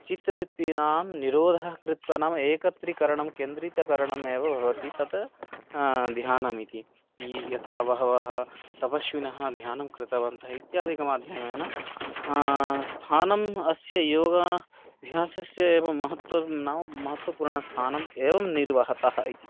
चित्तवृत्तीनां निरोधं कृत्वा नाम एकत्रीकरणं केन्द्रीकरणम् एव भवति तत् ध्यानमिति यथा बहवः तपस्विनः ध्यानं कृतवन्तः इत्यादिकमाध्यमेन स्थानम् अस्य योगाभ्यासस्य एव महत्वं नाम महत्वपूर्णस्थानम् एवं निर्वहतः इति